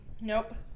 Nope